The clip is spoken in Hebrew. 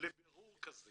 לבירור כזה?